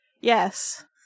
Yes